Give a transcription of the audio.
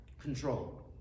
control